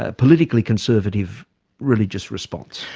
ah politically conservative religious response?